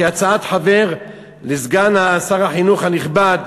כהצעת חבר לסגן שר החינוך הנכבד,